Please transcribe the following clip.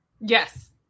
Yes